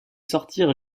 sortir